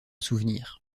souvenir